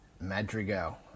Madrigal